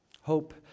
Hope